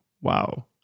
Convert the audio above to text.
Wow